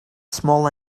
small